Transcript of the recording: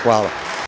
Hvala.